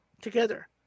together